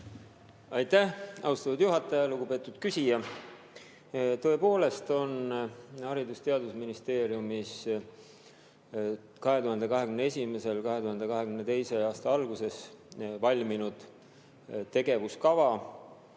Aitäh, austatud juhataja! Lugupeetud küsija! Tõepoolest on Haridus- ja Teadusministeeriumis 2021. aastal ja 2022. aasta alguses valminud tegevuskava,